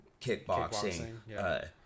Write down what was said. kickboxing